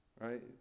right